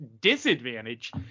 disadvantage